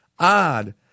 Odd